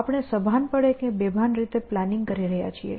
આપણે સભાનપણે કે બેભાન રીતે પ્લાનિંગ કરી રહ્યા છીએ